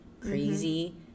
crazy